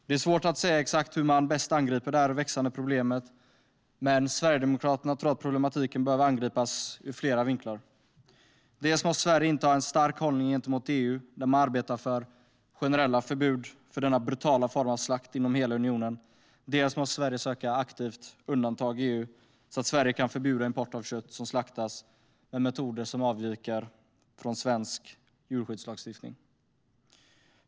Det är svårt att säga exakt hur man bäst angriper det här växande problemet, men Sverigedemokraterna tror att problematiken behöver angripas ur flera vinklar. Dels måste Sverige inta en stark hållning gentemot EU där man arbetar för generella förbud för denna brutala form av slakt inom hela unionen, dels måste Sverige aktivt söka undantag i EU så att Sverige kan förbjuda import av kött som slaktats med metoder som avviker från intentionerna i svensk djurskyddslagstiftning.